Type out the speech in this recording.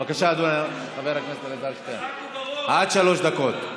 בבקשה, חבר הכנסת אלעזר שטרן, עד שלוש דקות.